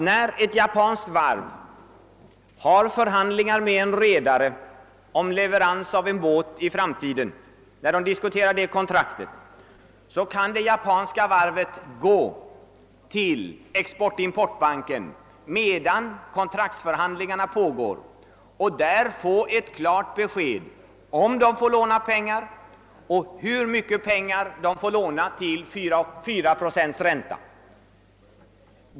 När ett japanskt varv förhandlar med en redare om leverans av en båt i framtiden kan det japanska varvet vända sig till Export-importbanken medan kontraktsförhandlingarna ännu pågår och där få ett klart besked, huruvida det får låna pengar och hur mycket pengar det får låna till 4 procents ränta.